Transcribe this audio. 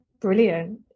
brilliant